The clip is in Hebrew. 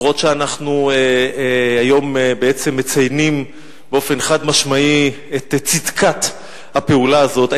אף-על-פי שאנחנו היום בעצם מציינים באופן חד-משמעי את צדקת הפעולה הזאת,